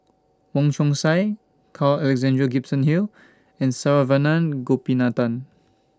Wong Chong Sai Carl Alexander Gibson Hill and Saravanan Gopinathan